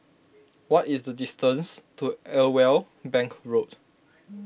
what is the distance to Irwell Bank Road